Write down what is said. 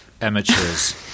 amateurs